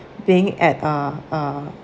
being at uh uh